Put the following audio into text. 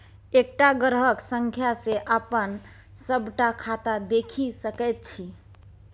एकटा ग्राहक संख्या सँ अपन सभटा खाता देखि सकैत छी